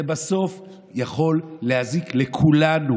זה בסוף יכול להזיק לכולנו,